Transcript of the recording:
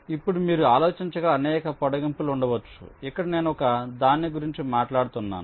ఇప్పుడు మీరు ఆలోచించగల అనేక పొడిగింపులు ఉండవచ్చు ఇక్కడ నేను ఒక దాని గురించి మాట్లాడుతున్నాను